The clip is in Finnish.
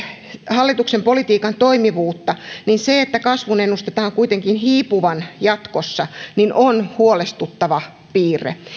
hallituksen politiikan toimivuutta niin se että kasvun ennustetaan kuitenkin hiipuvan jatkossa on huolestuttava piirre